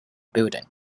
building